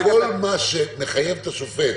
בכל מה שמחייב את השופט